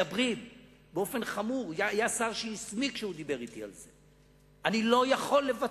שמתחילים כאן דיבורים נגד התופעה הזאת.